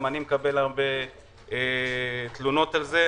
גם אני מקבל הרבה תלונות על זה.